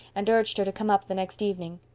and urged her to come up the next evening.